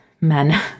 men